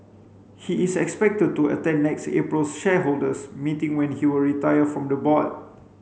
he is expected to attend next April's shareholders meeting when he will retire from the board